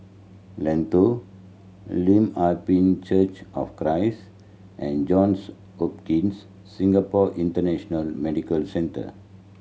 Lentor Lim Ah Pin Church of Christ and Johns Hopkins Singapore International Medical Centre